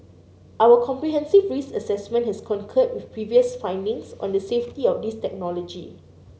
our comprehensive risk assessment has concurred with previous findings on the safety of this technology